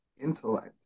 intellect